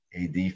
AD